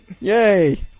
Yay